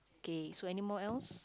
K so anymore else